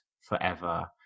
forever